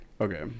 okay